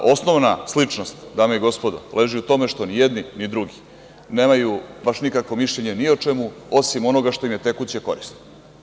Osnovna sličnost, dame i gospodo, leži u tome što ni jedni ni drugi nemaju baš nikakvo mišljenje ni o čemu, osim onoga što im je tekuće korisno.